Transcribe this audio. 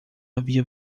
havia